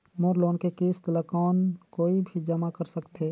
मोर loan के किस्त ल कौन कोई भी जमा कर सकथे?